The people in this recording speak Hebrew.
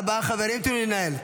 תודה רבה, חברים, תנו לי לנהל.